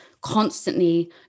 constantly